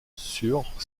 sur